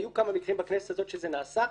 היו כמה מקרים בכנסת שזה נעשה,